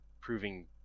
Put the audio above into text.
proving